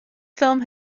film